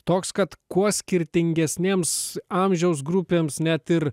toks kad kuo skirtingesniems amžiaus grupėms net ir